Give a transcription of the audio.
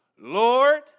Lord